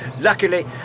Luckily